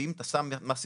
ואם אתה שם מס סביבתי,